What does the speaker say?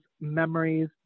memories